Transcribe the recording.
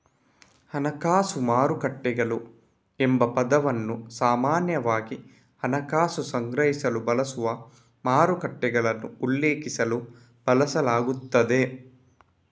ಹಣಕಾಸು ಮಾರುಕಟ್ಟೆಗಳು ಎಂಬ ಪದವನ್ನು ಸಾಮಾನ್ಯವಾಗಿ ಹಣಕಾಸು ಸಂಗ್ರಹಿಸಲು ಬಳಸುವ ಮಾರುಕಟ್ಟೆಗಳನ್ನು ಉಲ್ಲೇಖಿಸಲು ಬಳಸಲಾಗುತ್ತದೆ